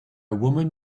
woman